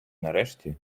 нарешті